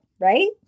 right